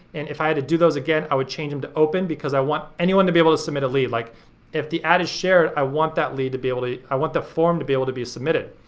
and if i had to do those again i would change em to open because i want anyone to be able to submit a lead, like if the ad is shared i want that lead to be able to, i want the form to be able to be submitted.